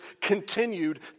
continued